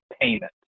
payment